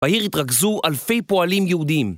בעיר יתרכזו אלפי פועלים יהודים